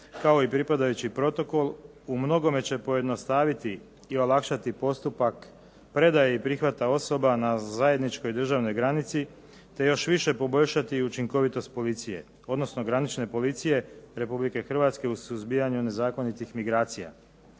kao i pripadajući protokol umnogome će pojednostaviti i olakšati postupak predaje i prihvata osoba na zajedničkoj državnoj granici te još više poboljšati i učinkovitost policije, odnosno granične policije RH u suzbijanju nezakonitih migracija.